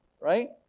right